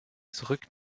zurück